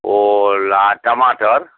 ओल आ टमाटर